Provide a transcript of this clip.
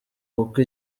kuko